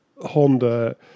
Honda